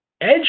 Edge